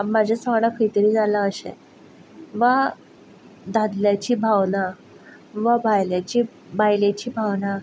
म्हाजेच वांगडा खंय तरी जालां अशें वा दादल्याची भावनां वा बायलांची बायलेची भावनां